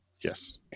Yes